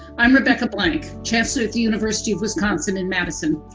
i'm rebecca blank, chancellor at the university of wisconsin and madison,